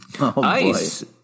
Ice